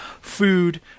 food